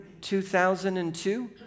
2002